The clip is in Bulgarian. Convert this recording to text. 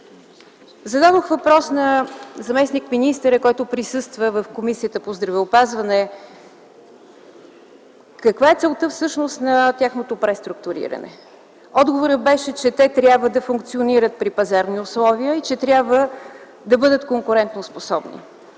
Зададох въпрос на заместник-министъра, който присъства в Комисията по здравеопазването: каква е целта всъщност на тяхното преструктуриране? Отговорът беше, че те трябва да функционират при пазарни условия и че трябва да бъдат конкурентоспособни.